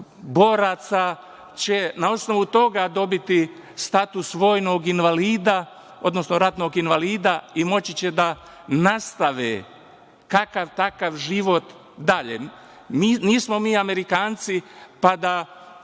boraca na osnovu toga dobiti status ratnog invalida i moći će da nastave kakav-takav život dalje. Nismo mi Amerikanci pa da